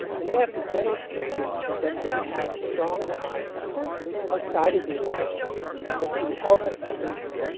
and they have to demonstrate that they have strong ties outside of the united states that will compel them to leave.